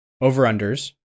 over-unders